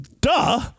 Duh